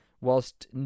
whilst